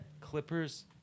Clippers